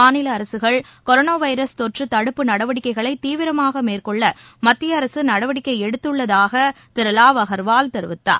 மாநில அரசுகள் கொரோனாவைரஸ் தொற்றுதடுப்பு நடவடிக்கைகளைதீவிரமாகமேற்கொள்ளமத்திய அரசுநடவடிக்கைஎடுத்துள்ளதாகதிருவாவ் அகர்வால் தெரிவித்தார்